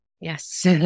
Yes